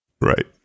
Right